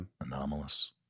Anomalous